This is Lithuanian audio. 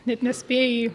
net nespėji